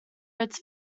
its